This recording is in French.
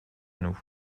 nous